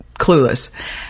clueless